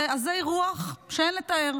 אלה עזי רוח שאין לתאר,